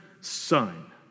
son